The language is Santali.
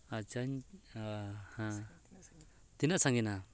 ᱟᱪᱪᱷᱟᱧ ᱦᱮᱸ ᱛᱤᱱᱟᱹᱜ ᱥᱟᱹᱜᱤᱧᱟ